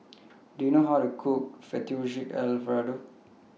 Do YOU know How to Cook Fettuccine Alfredo